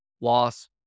loss